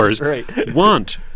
want